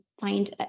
find